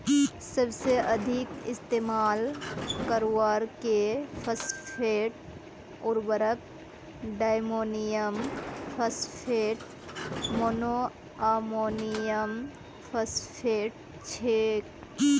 सबसे अधिक इस्तेमाल करवार के फॉस्फेट उर्वरक डायमोनियम फॉस्फेट, मोनोअमोनियमफॉस्फेट छेक